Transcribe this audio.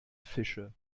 fische